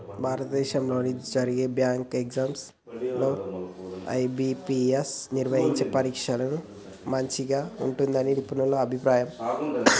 భారతదేశంలో జరిగే bank exams లో ఐ.బీ.పీ.ఎస్ నిర్వహించే పరీక్షనే మంచిగా ఉంటుందని నిపుణుల అభిప్రాయం